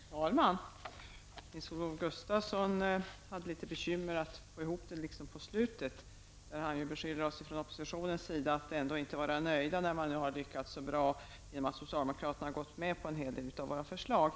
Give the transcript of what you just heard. Fru talman! Nils-Olof Gustafsson fick litet bekymmer med att få ihop det på slutet där han beskyllde oppositionen för att inte var nöjd när man nu hade lyckats så bra eftersom socialdemokraterna har gått med på en hel del av förslagen.